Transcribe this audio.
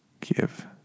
give